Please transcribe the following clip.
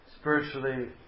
spiritually